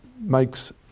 makes